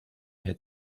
had